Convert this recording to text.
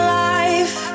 life